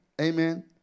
Amen